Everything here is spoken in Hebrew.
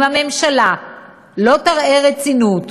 אם הממשלה לא תראה רצינות,